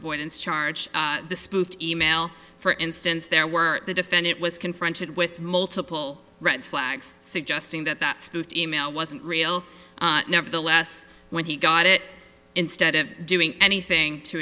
avoidance charge the spoofed email for instance there were the defendant was confronted with multiple red flags suggesting that that e mail wasn't real nevertheless when he got it instead of doing anything to